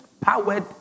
powered